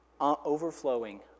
overflowing